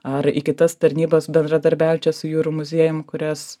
ar į kitas tarnybas bendradarbiaujančias su jūrų muziejum kurias